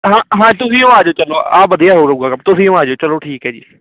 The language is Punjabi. ਹਾ ਹਾਂ ਤੁਸੀਂ ਹੀ ਆ ਜਿਓ ਚਲੋ ਆ ਵਧੀਆ ਰਹੇਗਾ ਕੰਮ ਤੁਸੀਂ ਹੀ ਆ ਜਿਓ ਚਲੋ ਠੀਕ ਹੈ ਜੀ